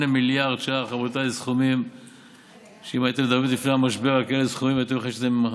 לרצות, אין בעיה.